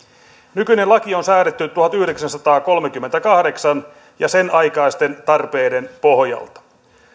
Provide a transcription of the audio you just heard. nykyinen laki on säädetty tuhatyhdeksänsataakolmekymmentäkahdeksan ja senaikaisten tarpeiden pohjalta